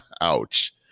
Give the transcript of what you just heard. ouch